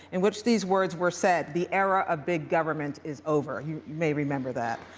in which these words were said the era of big government is over. you may remember that.